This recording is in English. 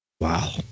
Wow